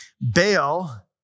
Baal